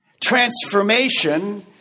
transformation